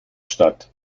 statt